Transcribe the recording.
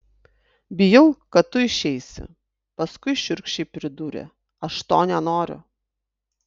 bijau kad tu išeisi paskui šiurkščiai pridūrė aš to nenoriu